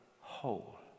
whole